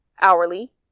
hourly